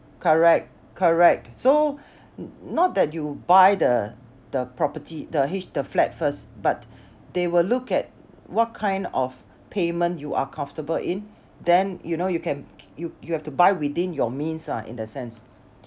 correct correct so not that you buy the the property the H the flat first but they will look at what kind of payment you are comfortable in then you know you can you you have to buy within your means lah in that sense